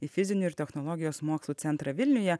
į fizinių ir technologijos mokslų centrą vilniuje